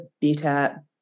better